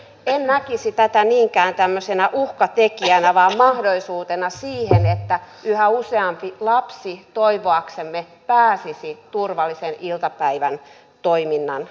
en näkisi tätä niinkään tämmöisenä uhkatekijänä vaan mahdollisuutena siihen että yhä useampi lapsi toivoaksemme pääsisi turvallisen iltapäivätoiminnan piiriin